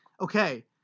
okay